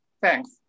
Thanks